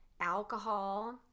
alcohol